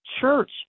church